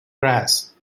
grass